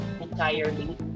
entirely